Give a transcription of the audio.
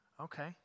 Okay